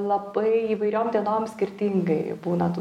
labai įvairiom dienom skirtingai būna tų